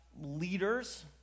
leaders